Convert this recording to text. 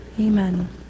Amen